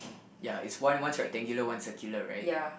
ya it's one one rectangular one circular right